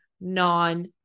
non